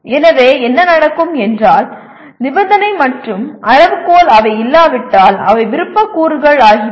எனவே என்ன நடக்கும் என்றால் நிபந்தனை மற்றும் அளவுகோல் அவை இல்லாவிட்டால் அவை விருப்ப கூறுகள் ஆகிவிடும்